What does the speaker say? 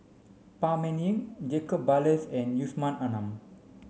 Phan Ming Yen Jacob Ballas and Yusman Aman